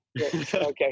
Okay